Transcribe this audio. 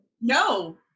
No